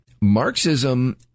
Marxism